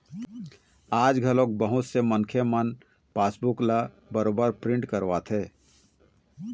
आज घलोक बहुत से मनखे मन पासबूक ल बरोबर प्रिंट करवाथे